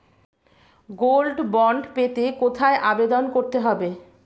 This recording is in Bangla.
গোল্ড বন্ড পেতে কোথায় আবেদন করতে হবে?